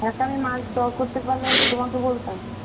একা আমি মাছ দর করতে পারলে আমি কি তোমাকে বলতাম